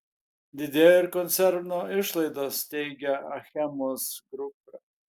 didėjo ir koncerno išlaidos teigia achemos grupė